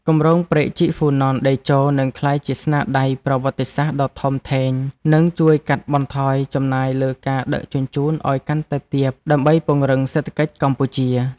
គម្រោងព្រែកជីកហ្វូណនតេជោនឹងក្លាយជាស្នាដៃប្រវត្តិសាស្ត្រដ៏ធំធេង និង ជួយកាត់បន្ថយចំណាយលើការដឹកជញ្ជូនឱ្យកាន់តែទាបដើម្បីពង្រឹងសេដ្ឋកិច្ចកម្ពុជា។